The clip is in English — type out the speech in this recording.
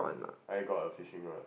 I got a fishing rod